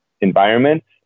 environments